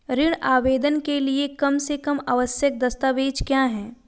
ऋण आवेदन के लिए कम से कम आवश्यक दस्तावेज़ क्या हैं?